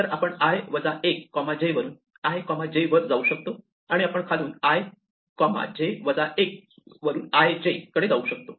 तर आपण i 1 j वरून i j वर जाऊ शकतो किंवा आपण खालून i j 1 वरून i j कडे जाऊ शकतो